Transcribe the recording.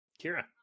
Kira